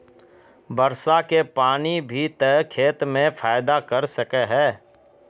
वर्षा के पानी भी ते खेत में फायदा कर सके है?